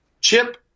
Chip